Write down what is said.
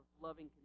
loving